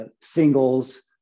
Singles